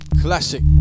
Classic